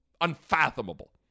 unfathomable